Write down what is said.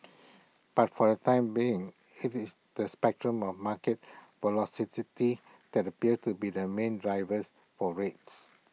but for the time being IT is the spectre more market that appears to be the main drivers for rates